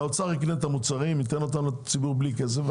שהאוצר יקנה את המוצרים וייתן אותם לציבור בלי כסף.